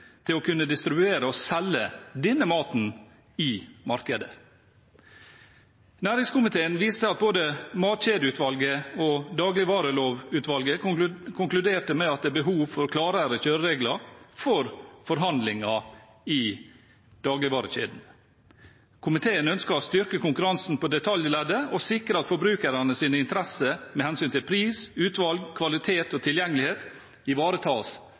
til å kunne distribuere og selge denne maten i markedet. Næringskomiteen viser til at både Matkjedeutvalget og Dagligvarelovutvalget konkluderte med at det er behov for klarere kjøreregler for forhandlinger i dagligvarekjedene. Komiteen ønsker å styrke konkurransen på detaljleddet og sikre at forbrukernes interesser med hensyn til pris, utvalg, kvalitet og tilgjengelighet ivaretas